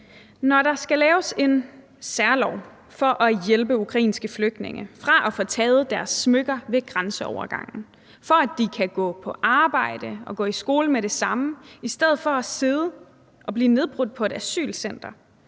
Når der skal laves en særlov for at hjælpe ukrainske flygtninge, så de ikke får taget deres smykker ved grænseovergangen, og så de kan gå på arbejde og gå i skole med det samme i stedet for at sidde og blive nedbrudt på et asylcenter,